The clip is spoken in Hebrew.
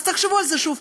אז תחשבו על זה שוב,